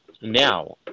now